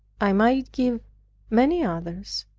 i might give many others,